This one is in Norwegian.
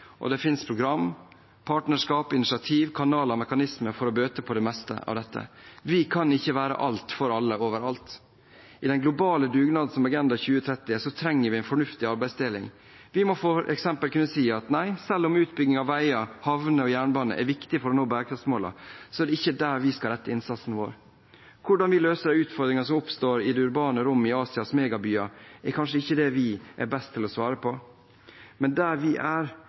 Og det finnes programmer, partnerskap, initiativer, kanaler og mekanismer for å bøte på det meste av dette. Vi kan ikke være alt for alle over alt. I den globale dugnaden som Agenda 2030 er, trenger vi en fornuftig arbeidsdeling. Vi må f.eks. kunne si at selv om utbygging av veier, havner og jernbane er viktig for å nå bærekraftsmålene, er det ikke der vi skal rette innsatsen vår. Hvordan vi løser de utfordringene som oppstår i det urbane rom i Asias megabyer, er kanskje ikke det vi er best til å svare på. Men der vi er,